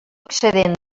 excedent